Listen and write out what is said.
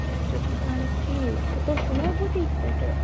صحت چھا ٹھیٖک اہن حظ ٹھیٖک تُہۍ چھُو نا بُٹیٖک پٮ۪ٹھٕ